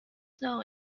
snow